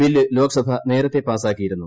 bill Lok Sabha നേരത്തെ പാസാക്കിയിരുന്നു